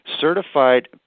certified